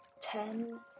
Ten